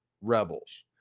Rebels